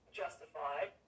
justified